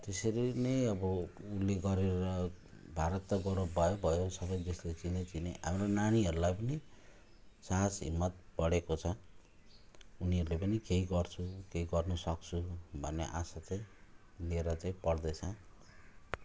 त्यसरी नै अब उसले गरेर भारत त गौरव भयो भयो सबै देशले चिने चिने हाम्रो नानीहरूलाई पनि साहस हिम्मत बढेको छ उनीहरूले पनि केही गर्छु केही गर्नुसक्छु भन्ने आशा चाहिँ लिएर चैँ पढ्दैछ